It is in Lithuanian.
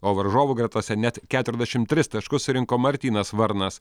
o varžovų gretose net keturiasdešimt tris taškus surinko martynas varnas